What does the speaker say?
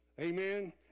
Amen